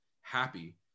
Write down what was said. happy